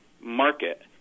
market